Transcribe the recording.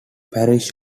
parish